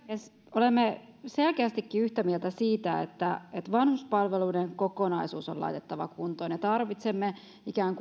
olemme selkeästikin yhtä mieltä siitä että että vanhuspalveluiden kokonaisuus on laitettava kuntoon ja tarvitsemme ikään